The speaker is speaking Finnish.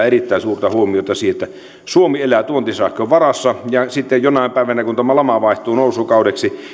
erittäin suurta huomiota siihen että suomi elää tuontisähkön varassa ja sitten jonain päivänä kun tämä lama vaihtuu nousukaudeksi